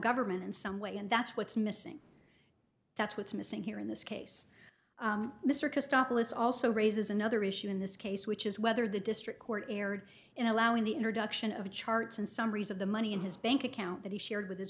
government in some way and that's what's missing that's what's missing here in this case mr kostopoulos also raises another issue in this case which is whether the district court erred in allowing the introduction of charts and summaries of the money in his bank account that he shared with his